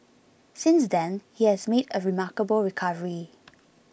since then he has made a remarkable recovery